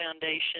Foundation